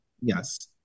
Yes